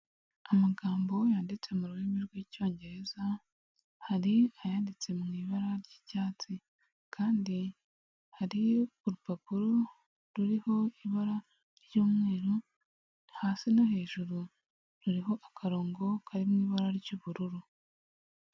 Amagambo yanditse mu rurimi rw'icyongereza, hari ayanditse mu ibara ry'icyatsi, kandi hari urupapuro ruriho ibara ry'umweru, hasi no hejuru ruriho akarongo kari mu ibara ry'ubururu.